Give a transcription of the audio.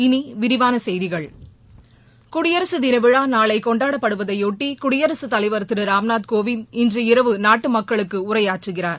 இனி விரிவான செய்திகள் குடியரசுத்தின விழா நாளை கொண்டாடப் படுவதையொட்டி குடியரசுத் தலைவர் திரு ராம்நாத் கோவிந்த் இன்றுஇரவு நாட்டு மக்களுக்கு உரையாற்றுகிறார்